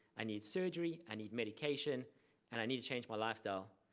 i need surgery. i need medication and i need to change my lifestyle.